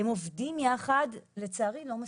הם עובדים יחד, אבל לצערי לא מספיק.